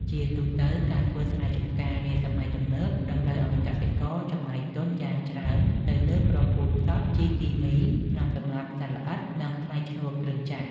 ជាទូទៅ ការធ្វើស្រែចម្ការនាសម័យទំនើបតម្រូវឱ្យកសិករចំណាយទុនយ៉ាងច្រើនទៅលើគ្រាប់ពូជសុទ្ធ ជីគីមី ថ្នាំសម្លាប់សត្វល្អិត និងថ្លៃឈ្នួលគ្រឿងចក្រ។